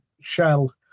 Shell